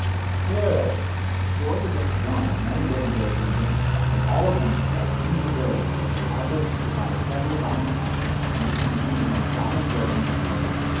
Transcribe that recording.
squirrels squirrels are just one of the many rodent builds in the game, and all of them possess unique abilities that have allowed them to survive several balance patches, and become some of the most dominant builds in the current meta.